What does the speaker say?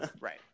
Right